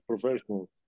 professional